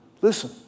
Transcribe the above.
listen